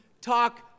talk